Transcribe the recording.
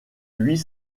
huit